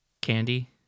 candy